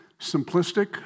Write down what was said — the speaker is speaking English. simplistic